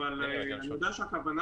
אני יודע שהכוונה